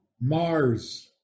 Mars